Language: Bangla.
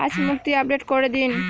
আজ মুক্তি আপডেট করে দিন